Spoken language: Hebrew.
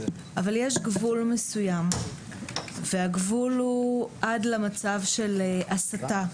אבל יש גבול מסוים והוא עד למצב של הסתה.